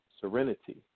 serenity